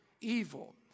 evil